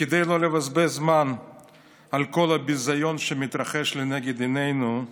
כדי לא לבזבז זמן על כל הביזיון שמתרחש לנגד עינינו,